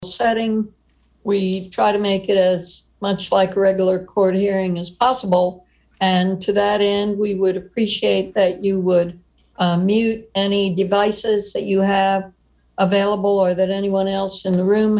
setting we try to make it as much like a regular court hearing as possible and to that in we would appreciate that you would mute any devices that you have available or that anyone else in the room